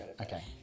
Okay